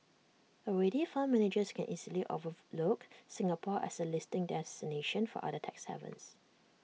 already fund managers can easily overlook Singapore as A listing destination for other tax havens